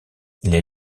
les